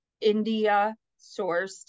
India-sourced